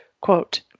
quote